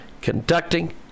conducting